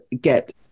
get